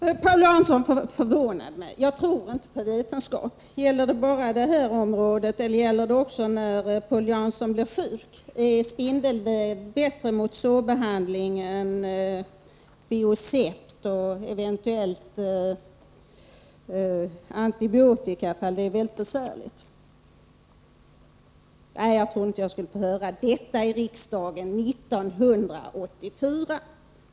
Herr talman! Paul Janssons uttalande förvånar mig. ”Jag tror inte på vetenskap”, säger han. Gäller det bara på detta område, eller gäller det också när Paul Jansson blir sjuk? Är spindelväv bättre för sårbehandling än Biosept eller antibiotika ifall infektionen är mycket besvärlig? Jag trodde inte att jag skulle få höra sådant uttalande i riksdagen år 1984.